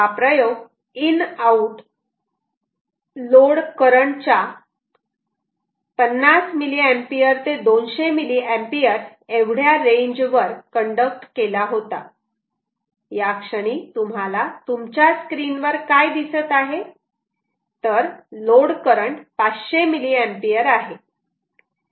तर हा प्रयोग इन आऊट लोड करंट च्या 50 mA ते 200 mA एवढ्या रेंज वर कंडक्ट केला होता या क्षणी तुम्हाला तुमच्या स्क्रीन वर काय दिसत आहे तर लोड करंट 500 mA आहे